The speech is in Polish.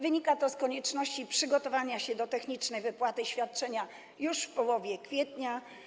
Wynika to z konieczności przygotowania się do technicznej wypłaty świadczenia już w połowie kwietnia.